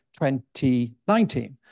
2019